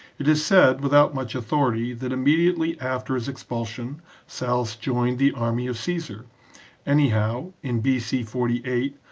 it is said, without much authority, that immediately after his expulsion sallust joined the army of caesar anyhow, in b c. forty eight,